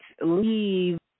leave